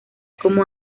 como